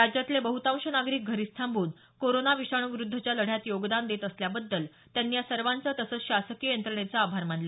राज्यातले बहतांश नागरिक घरीच थांबून कोरोना विषाणूविरुद्धच्या लढ्यात योगदान देत असल्याबदुदुल त्यांनी या सर्वांचे तसंच शासकीय यंत्रणेचे आभार मानले